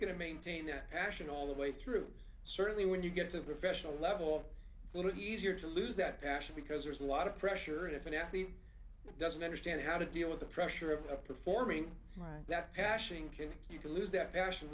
going to maintain that passion all the way through certainly when you get to the professional level it's going to easier to lose that passion because there's a lot of pressure and if an athlete doesn't understand how to deal with the pressure of performing my that passion can you can lose that passion